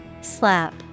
Slap